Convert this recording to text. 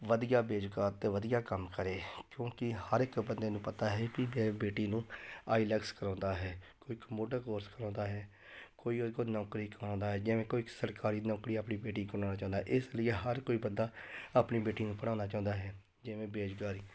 ਵਧੀਆ ਰੁਜ਼ਗਾਰ ਅਤੇ ਵਧੀਆ ਕੰਮ ਕਰੇ ਕਿਉਂਕਿ ਹਰ ਇੱਕ ਬੰਦੇ ਨੂੰ ਪਤਾ ਹੈ ਕਿ ਬ ਬੇਟੀ ਨੂੰ ਆਈਲੈਸ ਕਰਾਉਂਦਾ ਹੈ ਕੋਈ ਕੋਰਸ ਕਰਾਉਂਦਾ ਹੈ ਕੋਈ ਉਹਦੇ ਕੋਲ ਨੌਕਰੀ ਕਰਾਉਂਦਾ ਜਿਵੇਂ ਕੋਈ ਸਰਕਾਰੀ ਨੌਕਰੀ ਆਪਣੀ ਬੇਟੀ ਕਰਾਉਣਾ ਚਾਹੁੰਦਾ ਇਸ ਲਈ ਹਰ ਕੋਈ ਬੰਦਾ ਆਪਣੀ ਬੇਟੀ ਨੂੰ ਪੜ੍ਹਾਉਣਾ ਚਾਹੁੰਦਾ ਹੈ ਜਿਵੇਂ ਬੇਰੁਜ਼ਗਾਰੀ